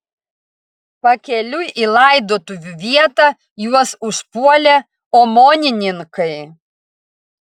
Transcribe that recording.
pakeliui į laidotuvių vietą juos užpuolė omonininkai